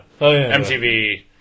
MTV